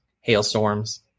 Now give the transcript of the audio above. hailstorms